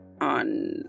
on